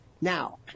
now